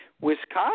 Wisconsin